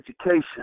education